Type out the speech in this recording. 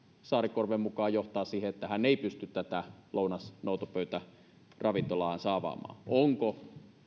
saarikorven mukaan johtaa siihen että hän ei pysty tätä lounas noutopöytäravintolaansa avaamaan onko